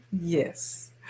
Yes